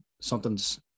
something's